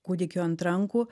kūdikių ant rankų